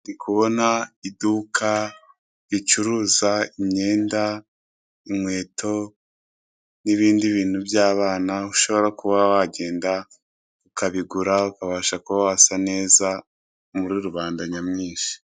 Ndikubona iduka ricuruza imyenda, inkweto nibindi bintu by'abana ushobora kuba wagenda ukabigura ukabasha kuba wasa neza muri rubanda nyamwinshi.